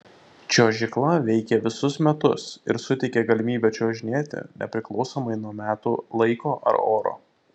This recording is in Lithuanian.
čiuožykla veikia visus metus ir suteikia galimybę čiuožinėti nepriklausomai nuo metų laiko ar oro